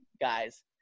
guys